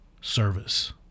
service